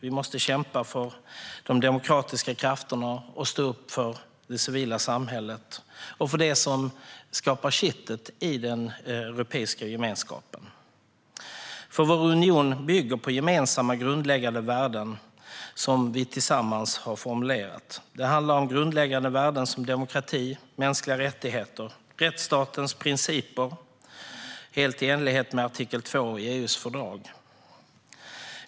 Vi måste kämpa för de demokratiska krafterna och stå upp för det civila samhället och för det som skapar kittet i den europeiska gemenskapen. Vår union bygger nämligen på gemensamma, grundläggande värden, som vi tillsammans har formulerat. Det handlar om grundläggande värden som demokrati, mänskliga rättigheter och rättsstatens principer - helt i enlighet med artikel 2 i EU:s fördrag.